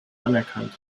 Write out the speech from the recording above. anerkannt